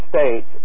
States